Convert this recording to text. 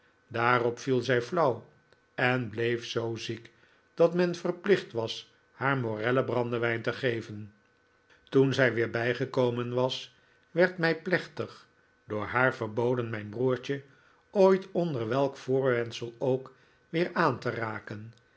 daarop viel zij flauw en bleef zoo ziek dat men verplicht was haar morellen brandewijn te geven toen zij weer bij gekomen was werd mij plechtig door haar verboden mijn broertje ooit onder welk voorwendsel ook weer aan te raken